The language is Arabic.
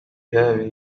هذه